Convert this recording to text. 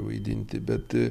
vaidinti bet